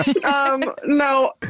no